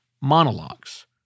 monologues